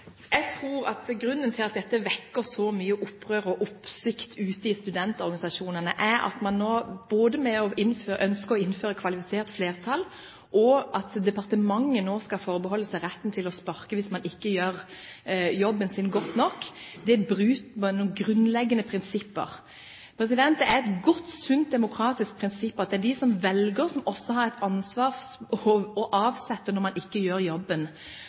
mye opprør og oppsikt ute i studentorganisasjonene, er at man nå, både ved at man ønsker å innføre kvalifisert flertall, og at departementet nå skal forbeholde seg retten til å sparke dem som ikke gjør jobben sin godt nok, bryter med noen grunnleggende prinsipper. Det er et godt, sunt og demokratisk prinsipp at det er de som velger, som også har ansvaret for å avsette dem som ikke gjør jobben